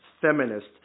feminist